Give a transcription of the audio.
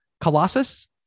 Colossus